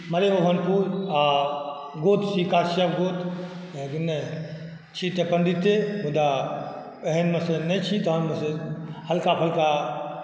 मलेभानपुर आ गोत्र छी काश्यप गोत्र छी तऽ पण्डिते मुदा एहनमे से नहि छी तहन से हलका फलका